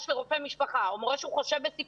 לרופא משפחה או מורה שהוא מורה בסיכון,